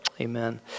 Amen